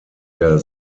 der